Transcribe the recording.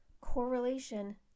correlation